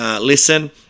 listen